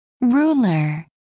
Ruler